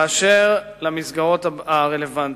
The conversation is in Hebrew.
אשר למסגרות הרלוונטיות,